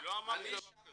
לא אמרתי דבר כזה.